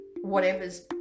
whatever's